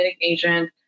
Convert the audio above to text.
agent